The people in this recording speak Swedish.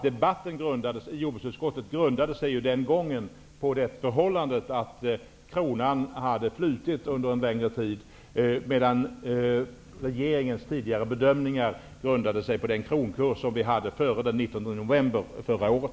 Debatten i jordbruksutskottet grundade sig ju den gången på det förhållandet att kronan hade flutit under en längre tid, medan regeringens tidigare bedömningar grundade sig på den kronkurs som vi hade före den 19 november förra året.